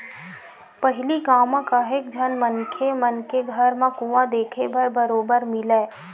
पहिली गाँव म काहेव झन मनखे मन के घर म कुँआ देखे बर बरोबर मिलय